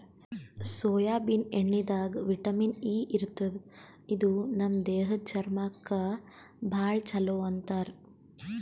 soybean ಎಣ್ಣಿದಾಗ್ vitamin E ಇರ್ತದ್ ಇದು ನಮ್ ದೇಹದ್ದ್ ಚರ್ಮಕ್ಕಾ ಭಾಳ್ ಛಲೋ ಅಂತಾರ್